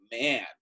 man